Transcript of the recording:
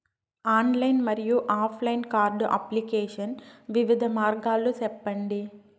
Online మరియు offline card application వివిధ మార్గాలు సెప్పండి?